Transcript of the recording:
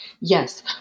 Yes